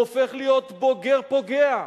הוא הופך להיות בוגר פוגע,